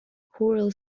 coral